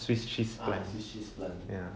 swiss cheese plant ya